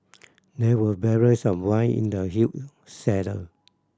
there were barrels of wine in the huge cellar